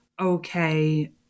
okay